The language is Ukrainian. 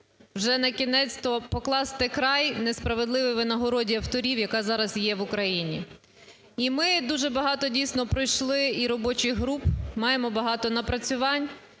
вже на кінець-то покласти край несправедливій винагороді авторів, яка зараз є в Україні. І ми дуже багато дійсно пройшли і робочих груп, маємо багато напрацювань.